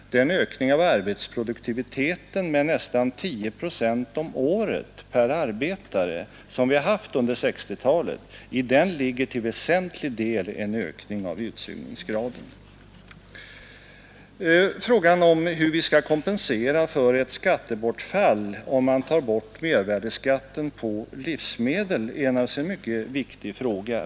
I den ökning av arbetsproduktiviteten med nästan tio procent om året per arbetare som vi har haft under 1960-talet ligger till väsentlig del en ökning av utsugningsgraden. Hur vi skall kompensera staten för ett skattebortfall om man tar bort mervärdeskatten på livsmedel är naturligtvis en mycket viktig fråga.